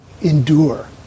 endure